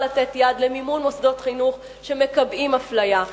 לתת יד למימון מוסדות חינוך שמקבעים אפליה.